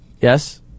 Yes